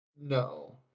No